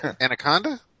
Anaconda